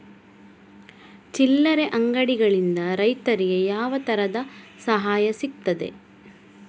ಚಿಲ್ಲರೆ ಅಂಗಡಿಗಳಿಂದ ರೈತರಿಗೆ ಯಾವ ತರದ ಸಹಾಯ ಸಿಗ್ತದೆ?